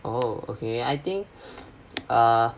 oh okay I think err